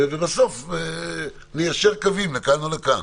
בסוף ניישר קווים לכאן או לכאן.